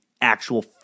actual